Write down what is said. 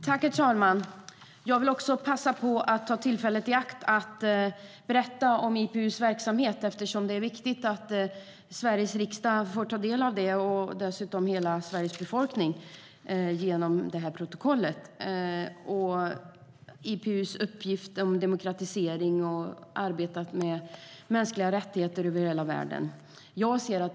Herr talman! Jag vill också ta tillfället i akt och berätta om IPU:s verksamhet eftersom det är viktigt att Sveriges riksdag, och dessutom hela Sveriges befolkning genom protokollet, får ta del av IPU:s arbete för demokratisering och mänskliga rättigheter.